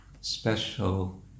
special